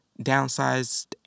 downsized